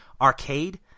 Arcade